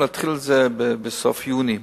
להתחיל את זה בסוף יוני,